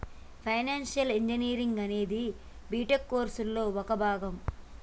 financial engineering అనేది BTech కోర్సులో ఒక భాగం